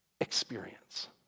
experience